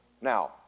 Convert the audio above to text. Now